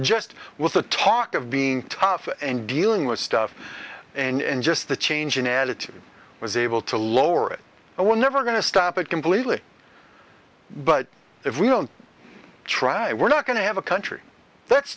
just with the talk of being tough and dealing with stuff and just a change in attitude was able to lower it and we're never going to stop it completely but if we don't try we're not going to have a country that's